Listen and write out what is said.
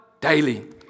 daily